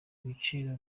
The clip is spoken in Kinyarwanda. ibiciro